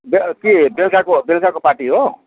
कि बेलुकाको बेलुकाको पार्टी हो